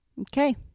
Okay